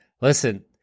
Listen